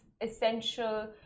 essential